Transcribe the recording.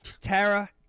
Tara